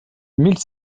mille